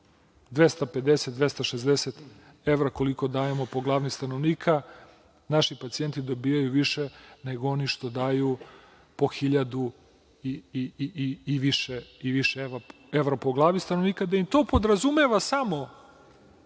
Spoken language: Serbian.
250, 260 evra, koliko dajemo po glavi stanovnika, naši pacijenti dobijaju više nego oni što daju po hiljadu i više evra po glavi stanovnika, a da im to podrazumeva samo